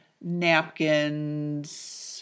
napkins